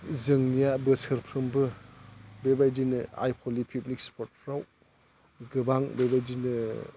जोंनिया बोसोरफ्रोमबो बेबायदिनो आइ फवालि पिकनिक स्पटफ्राव गोबां बेबायदिनो